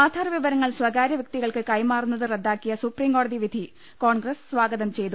ആധാർ വിവരങ്ങൾ സ്ഥകാര്യ വ്യക്തികൾക്ക് കൈമാറുന്നത് റദ്ദാക്കിയ സൂപ്രീംകോടതി വിധി കോൺഗ്രസ് സ്വാഗതം ചെയ്തു